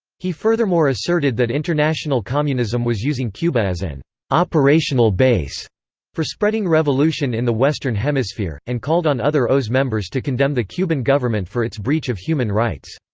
he furthermore asserted that international communism was using cuba as an operational base for spreading revolution in the western hemisphere, and called on other oas members to condemn the cuban government for its breach of human rights.